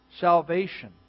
salvation